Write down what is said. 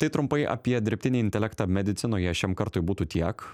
tai trumpai apie dirbtinį intelektą medicinoje šiam kartui būtų tiek